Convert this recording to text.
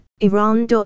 Iran